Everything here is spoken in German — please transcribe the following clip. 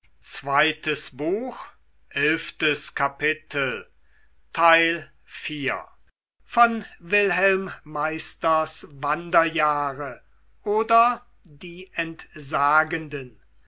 wilhelm meisters wanderjahre oder die entsagenden